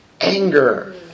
Anger